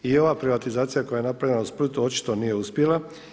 I ova privatizacija koja je napravljena u Splitu očito nije uspjela.